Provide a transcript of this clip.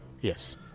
Yes